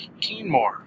Keenmore